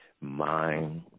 mind